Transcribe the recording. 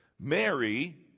Mary